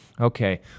okay